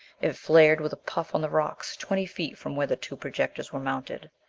it flared with a puff on the rocks, twenty feet from where the two projectors were mounted.